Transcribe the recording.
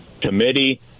committee